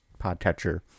Podcatcher